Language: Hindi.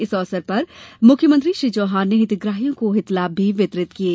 इस अवसर पर मुख्यमंत्री श्री चौहान ने हितग्राहियों को लाभ वितरित किये